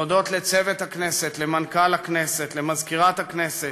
להודות לצוות הכנסת, למנכ"ל הכנסת, למזכירת הכנסת,